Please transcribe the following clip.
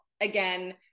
again